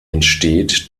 entsteht